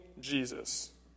Jesus